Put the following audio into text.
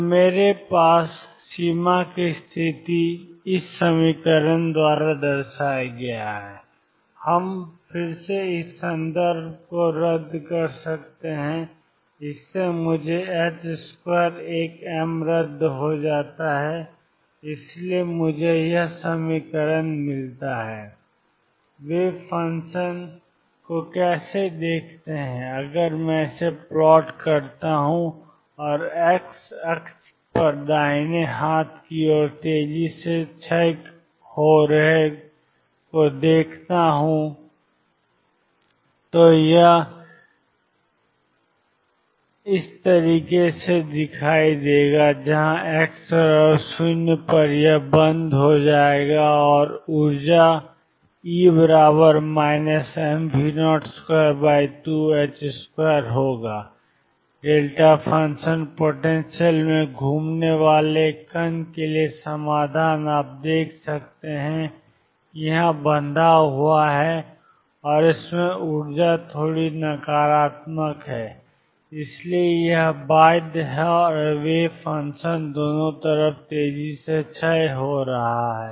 तो मेरे पास सीमा की स्थिति 2mE2m2V024 से है हम फिर से इस संदर्भ में रद्द कर सकते हैं कि इससे मुझे 2 एक m रद्द हो जाता है और इसलिए मुझे EmV022ℏ2 या ऊर्जा E E mV022ℏ2 मिलती है वेव फंक्शन वेव फंक्शन को कैसे देखता है अगर मैं इसे प्लॉट करता हूं और एक्स अक्ष पर दाहिने हाथ की ओर तेजी से क्षय हो रहा है बाएं हाथ की तरफ तेजी से क्षय हो रहा है dψdx x 0 पर बंद है और ऊर्जा E mV022ℏ2 है फंक्शन पोटेंशियल में घूमने वाले एक कण के लिए समाधान आप देख सकते हैं कि यह बंधा हुआ है और इसमें ऊर्जा थोड़ी नकारात्मक है इसलिए यह बाध्य है और वेव फंक्शन दोनों तरफ तेजी से क्षय हो रहा है